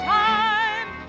time